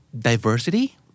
Diversity